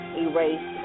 erase